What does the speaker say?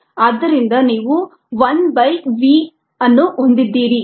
ಆದ್ದರಿಂದ ನೀವು 1 by v ಅನ್ನು ಹೊಂದಿದ್ದೀರಿ